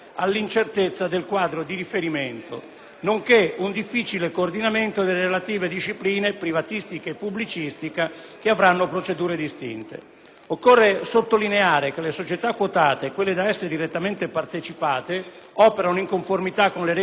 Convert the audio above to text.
nonché un difficile coordinamento delle relative discipline (privatistica e pubblicistica) che avranno procedure distinte. Occorre, in primo luogo, sottolineare che le società quotate e quelle da esse direttamente partecipate operano in conformità con le regole di mercato che impongono loro di creare valore